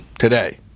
Today